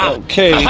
ah okay,